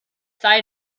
sei